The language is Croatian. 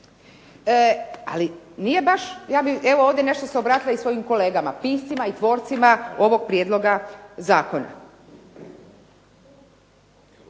Ali nije baš, ja bi evo ovdje nešto se obratila i svojim kolegama piscima i tvorcima ovog prijedloga zakona.